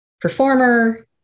performer